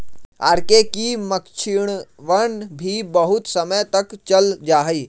R K की मक्षिणवन भी बहुत समय तक चल जाहई